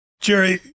Jerry